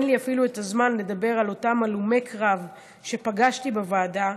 אין לי אפילו את הזמן לדבר על אותם הלומי קרב שפגשתי בוועדה,